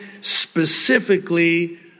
specifically